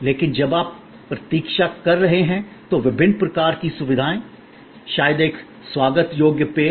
लेकिन जब आप प्रतीक्षा कर रहे हैं तो विभिन्न प्रकार की सुविधाएं शायद एक स्वागत योग्य पेय